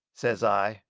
says i,